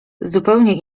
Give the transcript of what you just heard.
zupełnie